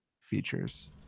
features